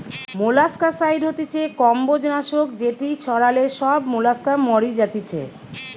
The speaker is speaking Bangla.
মোলাস্কাসাইড হতিছে কম্বোজ নাশক যেটি ছড়ালে সব মোলাস্কা মরি যাতিছে